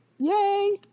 yay